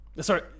sorry